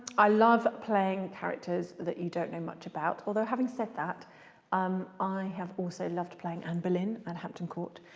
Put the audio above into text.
i love playing characters that you don't know much about. although having said that um i have also loved playing anne boleyn at hampton court.